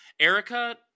Erica